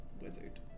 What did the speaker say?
wizard